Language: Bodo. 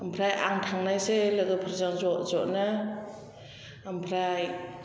ओमफ्राय आं थांनायसै लोगोफोरजों ज' ज'नो ओमफ्राय